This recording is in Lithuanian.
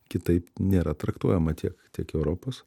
kitaip nėra traktuojama tiek tiek europos